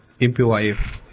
MPYF